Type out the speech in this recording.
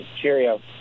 cheerio